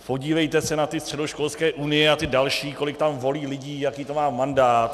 Podívejte se na ty středoškolské unie a ty další, kolik tam volí lidí, jaký to má mandát.